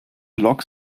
loks